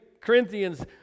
Corinthians